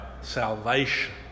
salvation